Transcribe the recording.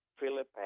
Philip